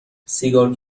سیگار